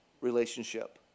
relationship